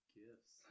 gifts